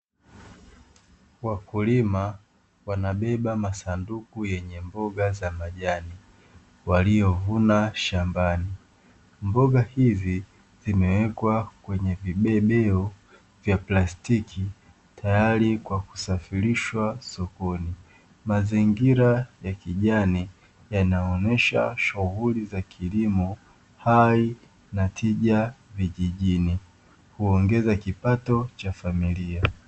Wakulima wanabeba masanduku yenye mboga za majani waliovuna shambani, mboga hizi zimewekwa kwenye vibebeo vya plastiki tayari kwa kusafirishwa sokoni. Mazingira ya kijani yanaonyesha shughuli za kilimo hai na tija vijijini, huongeza kipato cha familia.